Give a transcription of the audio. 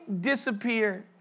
disappeared